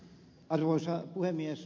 arvoisa puhemies